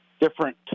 different